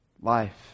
life